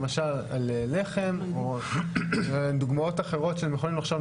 למשל על לחם ודוגמאות אחרות שאתם יכולים לחשוב,